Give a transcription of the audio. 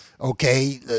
okay